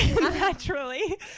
Naturally